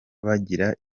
bagira